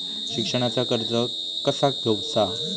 शिक्षणाचा कर्ज कसा घेऊचा हा?